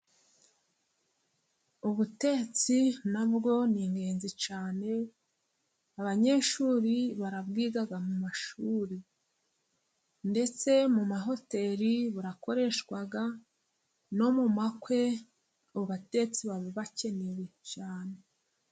Ubutetsi na bwo ni ingenzi cyane, abanyeshuri barabwiga mu mashuri, ndetse mu mahoteri burakoreshwa, ndetse no mu makwe abatetsi baba bakenewe cyane.